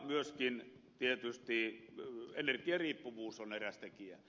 myöskin energiariippuvuus on tietysti eräs tekijä